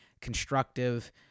constructive